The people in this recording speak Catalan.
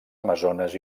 amazones